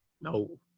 No